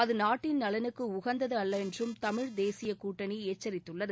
அது நாட்டின் நலனுக்கு உகந்தது அல்ல என்றும் தமிழ் தேசிய கூட்டணி எச்சித்துள்ளது